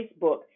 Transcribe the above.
Facebook